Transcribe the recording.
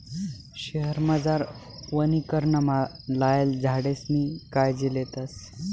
शयेरमझार वनीकरणमा लायेल झाडेसनी कायजी लेतस